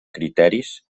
criteris